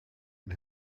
and